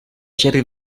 gerri